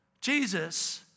Jesus